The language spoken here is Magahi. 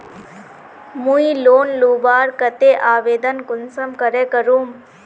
मुई लोन लुबार केते आवेदन कुंसम करे करूम?